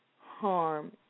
harm